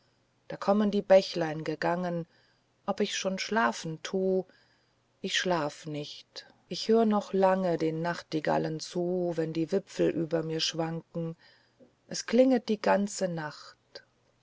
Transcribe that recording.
da kommen die bächlein gegangen ob ich schon schlafen tu ich schlaf nicht ich hör noch lange den nachtigallen zu wenn die wipfel über mir schwanken es klinget die ganze nacht